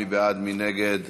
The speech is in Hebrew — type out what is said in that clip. מי בעד ומי נגד